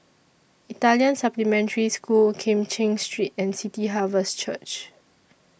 Italian Supplementary School Kim Cheng Street and City Harvest Church